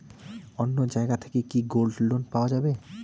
অন্য জায়গা থাকি কি গোল্ড লোন পাওয়া যাবে?